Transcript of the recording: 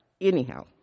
anyhow